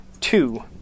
two